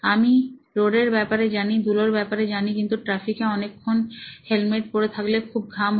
আমি রোডের ব্যপারে জানি ধুলার ব্যপারে জানি কিন্তু ট্রাফিকে অনেকক্ষণ হেলমেট পরে থাকলেখুব ঘাম হয়